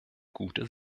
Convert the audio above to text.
gute